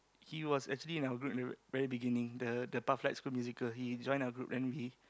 he was actually in our group in the very beginning the the pathlight musical he join our group then he